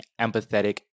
empathetic